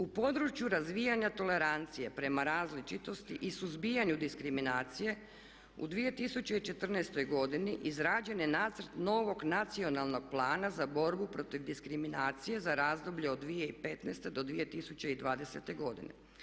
U području razvijanja tolerancije prema različitosti i suzbijanju diskriminacije u 2014. godini izrađen je nacrt novog Nacionalnog plana za borbu protiv diskriminacije za razdoblje od 2015. do 2020. godine.